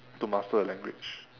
to master a language